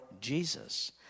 Jesus